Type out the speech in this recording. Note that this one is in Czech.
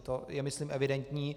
To je myslím evidentní.